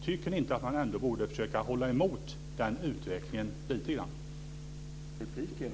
Tycker ni inte att man borde försöka hålla emot den utvecklingen lite grann?